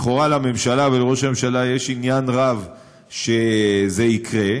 לכאורה לממשלה ולראש הממשלה יש עניין רב שזה יקרה,